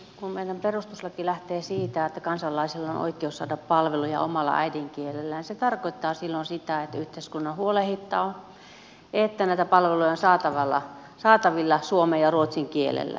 kun meidän perustuslakimme lähtee siitä että kansalaisella on oikeus saada palveluja omalla äidinkielellään se tarkoittaa silloin sitä että yhteiskunnan on huolehdittava että näitä palveluja on saatavilla suomen ja ruotsin kielellä